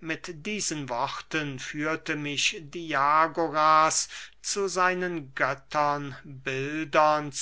mit diesen worten führte mich diagoras zu seinen götterbildern